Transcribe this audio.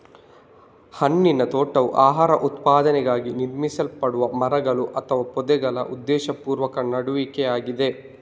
ಹಣ್ಣಿನ ತೋಟವು ಆಹಾರ ಉತ್ಪಾದನೆಗಾಗಿ ನಿರ್ವಹಿಸಲ್ಪಡುವ ಮರಗಳು ಅಥವಾ ಪೊದೆಗಳ ಉದ್ದೇಶಪೂರ್ವಕ ನೆಡುವಿಕೆಯಾಗಿದೆ